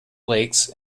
lakes